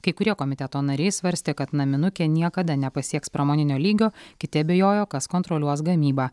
kai kurie komiteto nariai svarstė kad naminukė niekada nepasieks pramoninio lygio kiti abejojo kas kontroliuos gamybą